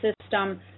system